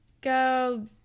go